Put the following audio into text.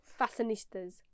fashionistas